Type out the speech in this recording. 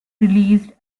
released